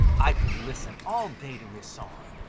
i could listen all day to his song.